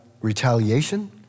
retaliation